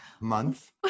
Month